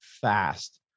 fast